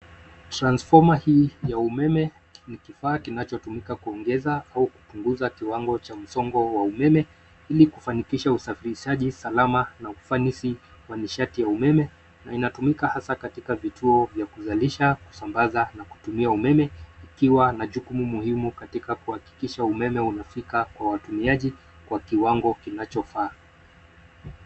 Transformer hii ya umeme ni kifaa kinachotumika kuongeza au kupunguza kiwango cha msongo wa umeme ili kufanikisha usafirishaji salama na ufanisi wa mishati ya umeme na inatumika hasa katika vituo vya umeme vya kuzalisha ,kusambaza na kutumia umeme ,ikiwa na jukumu muhimu katika kuhakikisha umeme unafika kwa watumiaji kwa kiwango kinachofaa.